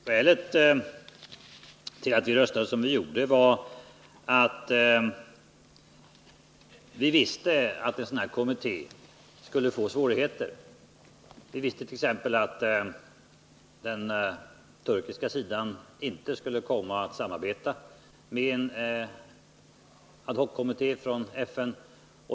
Herr talman! Skälet till att vi röstade som vi gjorde var att vi visste att en sådan här kommitté skulle få svårigheter. Vi visste t.ex. att den turkiska sidan inte skulle komma att samarbeta med en ad hoc-kommitté från FN.